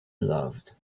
loved